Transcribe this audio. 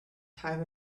time